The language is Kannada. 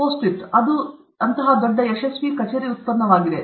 PostIt ಇದು ಅಂತಹ ದೊಡ್ಡ ಯಶಸ್ವೀ ಕಚೇರಿ ಉತ್ಪನ್ನವಾಗಿದೆ